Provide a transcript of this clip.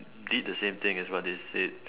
did the same thing as what they said